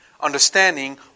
understanding